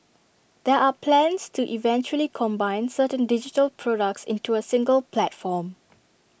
there are plans to eventually combine certain digital products into A single platform